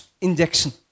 injection